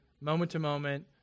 moment-to-moment